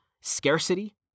scarcity